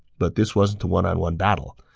but this wasn't a one-on-one battle.